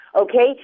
Okay